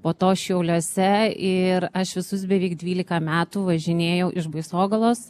po to šiauliuose ir aš visus beveik dvylika metų važinėjau iš baisogalos